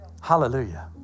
Hallelujah